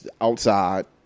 outside